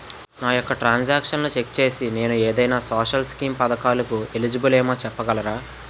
నా యెక్క ట్రాన్స్ ఆక్షన్లను చెక్ చేసి నేను ఏదైనా సోషల్ స్కీం పథకాలు కు ఎలిజిబుల్ ఏమో చెప్పగలరా?